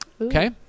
Okay